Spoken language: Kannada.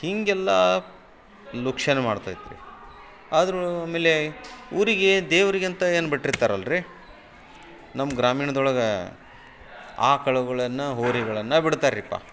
ಹೀಗೆಲ್ಲ ಲುಕ್ಸನ್ ಮಾಡ್ತೈತೆ ರೀ ಆದರೂ ಆಮೇಲೆ ಊರಿಗೆ ದೇವರಿಗಂತ ಏನು ಬಿಟ್ಟಿರ್ತಾರಲ್ಲ ರೀ ನಮ್ಮ ಗ್ರಾಮೀಣ್ದೊಳಗೆ ಆಕಳುಗಳನ್ನು ಹೋರಿಗಳನ್ನು ಬಿಡ್ತಾರೆ ರೀ ಪಾ